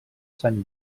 sant